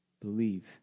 Believe